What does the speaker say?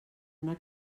una